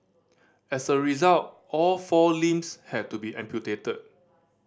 as a result all four limbs had to be amputated